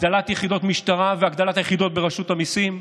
הגדלת יחידות משטרה והגדלת היחידות ברשות המיסים,